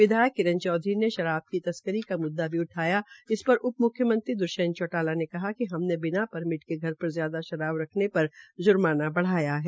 विधायक किरण चौधरी ने शराब की तस्करी का मुद्दा भी उठाया इस पर उप मुख्यमंत्री दुष्यंत चौटाला ने कहा कि हमने बिना परमिट के घर पर ज्यादा शराब रख्ने पर जुर्माना बढ़ाया है